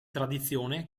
tradizione